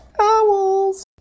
owls